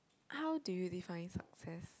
how do you define success